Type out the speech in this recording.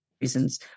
reasons